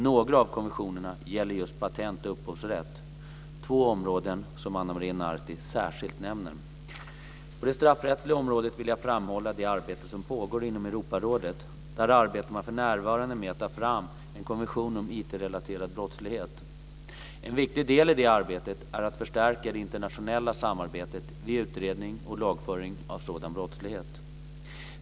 Några av konventionerna gäller just patent och upphovsrätt - två områden som Ana Maria Narti särskilt nämner. På det straffrättsliga området vill jag framhålla det arbete som pågår inom Europarådet. Där arbetar man för närvarande med att ta fram en konvention om IT relaterad brottslighet. En viktig del i det arbetet är att förstärka det internationella samarbetet vid utredning och lagföring av sådan brottslighet.